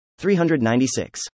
396